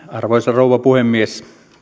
arvoisa rouva puhemies